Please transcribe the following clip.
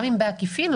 גם לא בעקיפין,